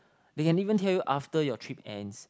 they can even tell you after your trip ends